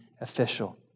official